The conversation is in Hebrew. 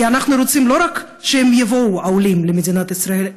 כי אנחנו רוצים שהעולים לא רק יבואו למדינת ישראל,